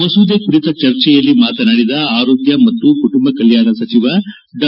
ಮಸೂದೆ ಕುರಿತ ಚರ್ಚೆಯಲ್ಲಿ ಮಾತನಾಡಿದ ಆರೋಗ್ಯ ಹಾಗೂ ಕುಟುಂಬ ಕಲ್ಯಾಣ ಸಚಿವ ಡಾ